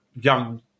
young